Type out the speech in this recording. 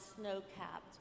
snow-capped